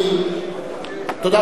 תודה רבה.